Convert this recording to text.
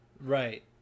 right